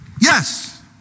yes